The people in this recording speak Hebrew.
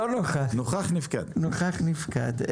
נוכח-נפקד.